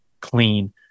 clean